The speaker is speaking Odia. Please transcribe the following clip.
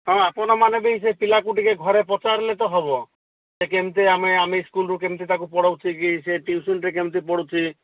ହଁ ଆପଣ ମାନେ ବି ସେ ପିଲାକୁ ଟିକେ ଘରେ ପଚାରିଲେ ତ ହେବ ଯେ କେମିତି ଆମେ ଆମେ ଇସ୍କୁଲରୁ କେମିତି ତାକୁ ପଢ଼ୋଉଛେ କି ସେ ଟିଉସନରେ କେମିତି ପଢ଼ୁଛି